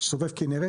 סובב כנרת